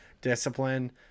discipline